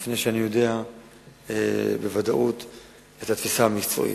לפני שאני יודע בוודאות את התפיסה המקצועית.